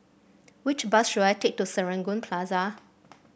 which bus should I take to Serangoon Plaza